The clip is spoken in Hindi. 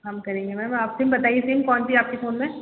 हम करेंगे मैम आप सिम बताइए सिम कौन सी आपके फ़ोन में